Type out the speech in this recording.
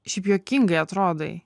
šiaip juokingai atrodai